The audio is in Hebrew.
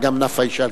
גם נפאע ישאל,